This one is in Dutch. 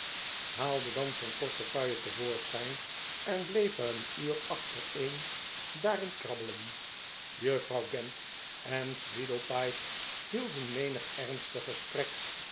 haalde dan zijn portefeuille te voorschijn en bleef wel een uur achtereen daarijj krabbelen juffrouw gamp en sweedlepipe hielden menig ernstig gesprek